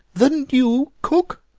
the new cook!